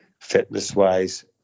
fitness-wise